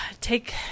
take